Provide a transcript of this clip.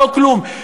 לא כלום.